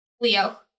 Leo